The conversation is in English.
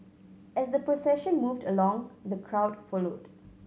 as the procession moved along the crowd followed